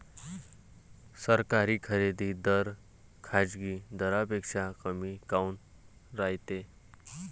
सरकारी खरेदी दर खाजगी दरापेक्षा कमी काऊन रायते?